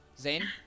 Zane